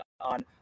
on